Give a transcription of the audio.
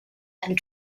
and